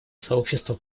сообщество